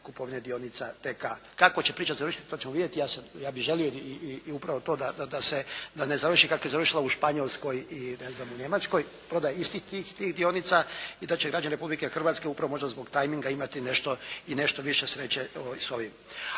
kupovine dionica TK. Kako će priča završiti to ćemo vidjeti, ja bih želio i upravo to da ne završi kako je završilo u Španjolskoj i ne znam Njemačkoj prodaja istih tih dionica i da će građani Republike Hrvatske upravo možda zbog tajminga imati i nešto više sreće sa ovim.